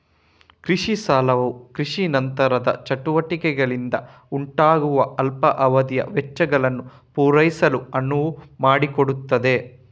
ಕೃಷಿ ಸಾಲವು ಕೃಷಿ ನಂತರದ ಚಟುವಟಿಕೆಗಳಿಂದ ಉಂಟಾಗುವ ಅಲ್ಪಾವಧಿಯ ವೆಚ್ಚಗಳನ್ನು ಪೂರೈಸಲು ಅನುವು ಮಾಡಿಕೊಡುತ್ತದೆ